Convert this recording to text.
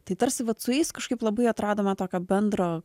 tai tarsi vat su jais kažkaip labai atradome tokią bendrą